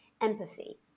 empathy